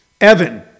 Evan